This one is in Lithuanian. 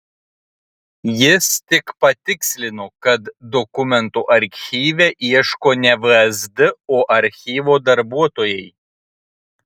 jis tik patikslino kad dokumentų archyve ieško ne vsd o archyvo darbuotojai